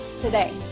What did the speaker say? today